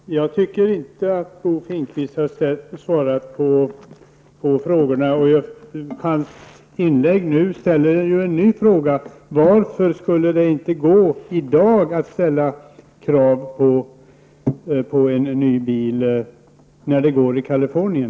Herr talman! Jag tycker inte att Bo Finnkvist har svarat på frågorna. Hans senaste inlägg leder till en ny fråga: Varför skulle det i dag inte vara möjligt att ställa krav på en ny bil i Sverige när det är möjligt i Kalifornien?